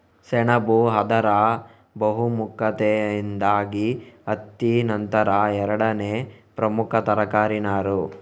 ಸೆಣಬು ಅದರ ಬಹುಮುಖತೆಯಿಂದಾಗಿ ಹತ್ತಿ ನಂತರ ಎರಡನೇ ಪ್ರಮುಖ ತರಕಾರಿ ನಾರು